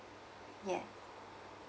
yeah